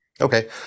Okay